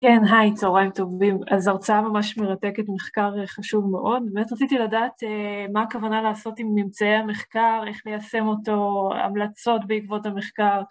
כן, היי צהריים טובים, אז הרצאה ממש מרתקת, מחקר חשוב מאוד, באמת רציתי לדעת אה.. מה הכוונה לעשות עם ממצאי המחקר, איך ליישם אותו, המלצות בעקבות המחקר.